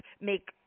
make